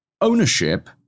Ownership